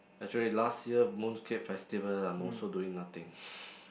actually last year Mooncake Festival I'm also doing nothing